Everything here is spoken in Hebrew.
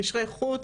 קשרי חוץ,